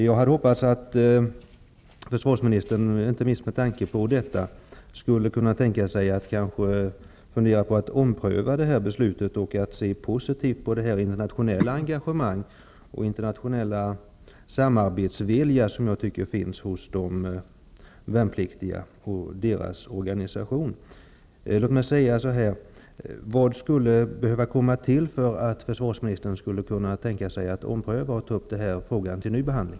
Jag hade inte minst med tanke på detta hoppats att försvarsministern skulle kunna fundera på att ompröva det här beslutet och se positivt på det interna tionella engagemanget och den internationella samarbetsviljan som jag tycker finns hos de värnpliktiga och deras organisation. Vad krävs för att för svarsministern skulle kunna tänka sig att ompröva frågan och ta upp den till ny behandling?